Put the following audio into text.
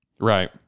Right